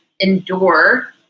endure